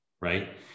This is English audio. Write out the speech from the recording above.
right